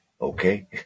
Okay